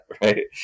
Right